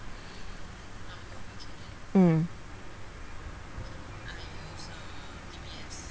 mm